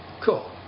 Cool